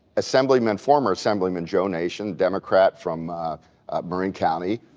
assemblyman, former assemblyman joe nation, democrat from bergen county,